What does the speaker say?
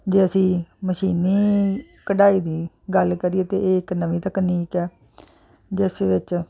ਜੇ ਅਸੀਂ ਮਸ਼ੀਨੀ ਕਢਾਈ ਦੀ ਗੱਲ ਕਰੀਏ ਤਾਂ ਇਹ ਇੱਕ ਨਵੀਂ ਤਕਨੀਕ ਆ ਜਿਸ ਵਿੱਚ